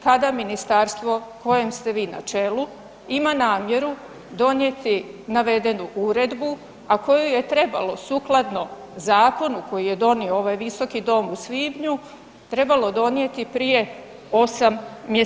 Kada ministarstvo kojem ste vi na čelu ima namjeru donijeti navedenu uredbu, a koju je trebalo sukladno zakonu koji je donio ovaj visoki dom u svibnju, trebalo donijeti prije 8 mjeseci?